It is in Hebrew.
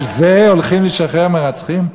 על זה הולכים לשחרר מרצחים?